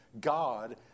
God